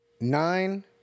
nine